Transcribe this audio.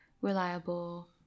reliable